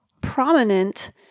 prominent